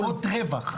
זה למטרות רווח.